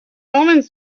omens